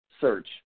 search